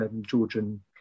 Georgian